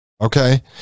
okay